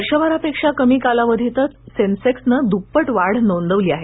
वर्षभरापेक्षा कमी कालावधीतच सेन्सेक्सन दुप्पट वाढ नोंदवली आहे